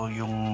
yung